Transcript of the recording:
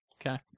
Okay